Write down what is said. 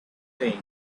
saying